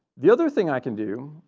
the other thing i can do.